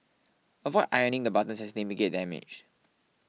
avoid ironing the buttons as they may get damaged